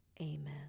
Amen